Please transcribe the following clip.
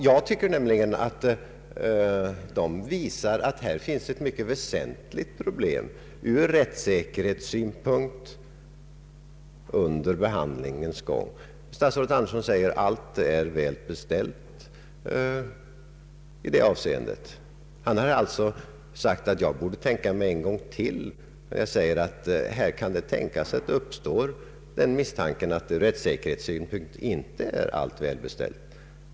Jag tycker nämligen att dessa visar att här finns ett mycket väsentligt problem från rättssäkerhetssynpunkt under behandlingens gång. Statsrådet Andersson säger att allt är väl beställt i det avseendet, och han anser att jag borde tänka mig för en gång till, när jag menar att det kan tänkas att den misstanken uppstår att från rättssäkerhetssynpunkt allt inte är väl beställt.